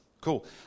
Cool